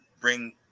bring